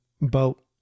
boat